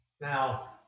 Now